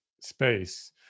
space